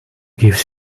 gives